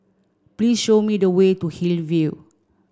please show me the way to Hillview